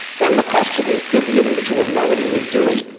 then the question is did the individual know what he was doing?